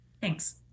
Thanks